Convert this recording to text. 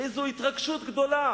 איזו התרגשות גדולה